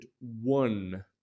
one